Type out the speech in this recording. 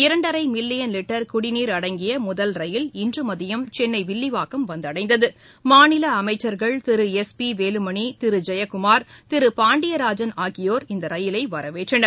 இரண்டரைமில்லியன் litre குடிநீர் அடங்கியமுதல் ரயில் இன்றுமதியம் சென்னைவில்லிவாக்கம் வந்தடைந்தது மாநிலஅமச்சர்கள் திரு SP Velumani Thiru Jayakumar Pandiarajan ஆகியோர் அந்தரயிலைவரவேற்றனர்